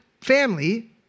family